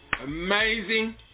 Amazing